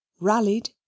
rallied